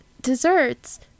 Desserts